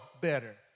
better